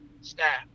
staff